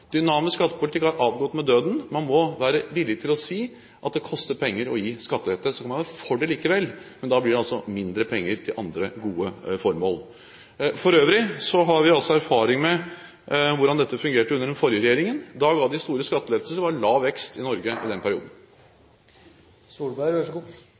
Dynamisk skattepolitikk har avgått ved døden. Man må være villig til å si at det koster penger å gi skattelette. Så kan man være for det likevel, men da blir det altså mindre penger til andre gode formål. For øvrig har vi også erfaring med hvordan dette fungerte under den forrige regjeringen. Da ga de store skattelettelser, og det var lav vekst i Norge i den perioden.